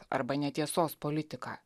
arba netiesos politiką